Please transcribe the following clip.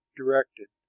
directed